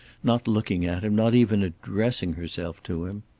not looking at him, not even addressing herself to him.